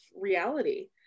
reality